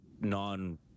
non